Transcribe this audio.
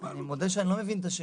אני מודה שאני לא מבין את השאלה.